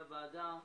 הוועדה,